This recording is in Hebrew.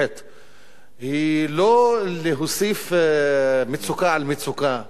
היא לא להוסיף מצוקה על מצוקה,